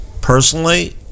Personally